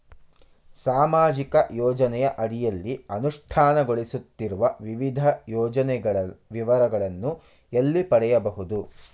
ಸಾಮಾಜಿಕ ಯೋಜನೆಯ ಅಡಿಯಲ್ಲಿ ಅನುಷ್ಠಾನಗೊಳಿಸುತ್ತಿರುವ ವಿವಿಧ ಯೋಜನೆಗಳ ವಿವರಗಳನ್ನು ಎಲ್ಲಿ ಪಡೆಯಬಹುದು?